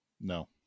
No